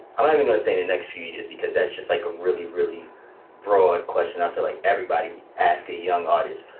i'm only going to say in the next few years, because that's just like a really, really broad question. i feel like everybody ask a young artist.